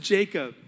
Jacob